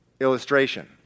illustration